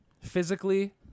Physically